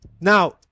Now